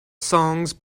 songs